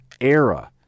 era